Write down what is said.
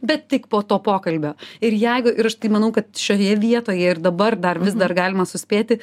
bet tik po to pokalbio ir jeigu ir aš tai manau kad šioje vietoje ir dabar dar vis dar galima suspėti